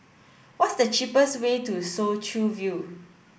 what's the cheapest way to Soo Chow View